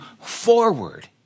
forward